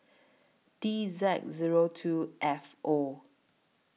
D Z Zero two F O